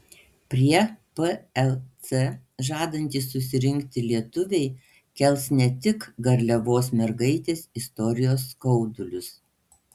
prie plc žadantys susirinkti lietuviai kels ne tik garliavos mergaitės istorijos skaudulius